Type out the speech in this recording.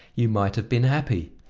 you might have been happy.